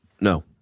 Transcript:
No